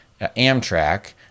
Amtrak